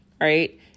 Right